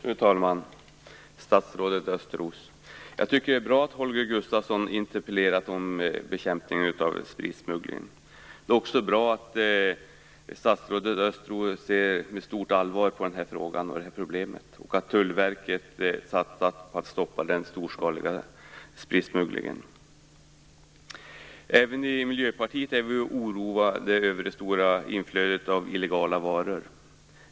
Fru talman! Statsrådet Östros! Jag tycker att det är bra att Holger Gustafsson interpellerat om bekämpningen av spritsmuggling. Det är också bra att statsrådet Östros ser med stort allvar på den här frågan, det här problemet, och att Tullverket satsat på att stoppa den storskaliga spritsmugglingen. Även i Miljöpartiet är vi oroade över det stora inflödet av illegala varor.